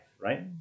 right